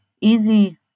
easy